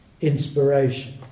inspiration